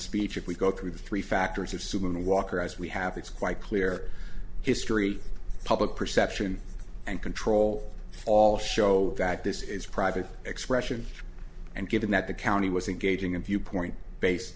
speech if we go through three factors of suman walker as we have it's quite clear history public perception and control all show that this is private expression and given that the county was engaging in viewpoint based